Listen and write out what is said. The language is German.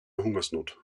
hungersnot